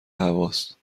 هواست